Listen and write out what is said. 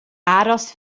aros